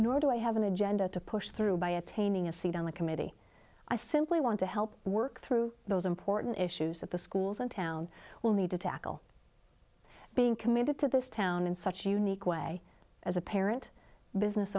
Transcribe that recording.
nor do i have an agenda to push through by attaining a seat on the committee i simply want to help work through those important issues that the schools in town will need to tackle being committed to this town in such a unique way as a parent business